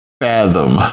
fathom